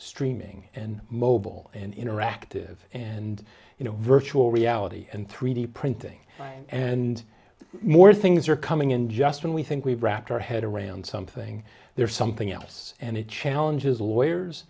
streaming and mobile and interactive and you know virtual reality and three d printing and more things are coming in just when we think we've wrapped our head around something there's something else and it challenges lawyers